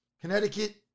Connecticut